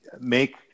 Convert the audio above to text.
make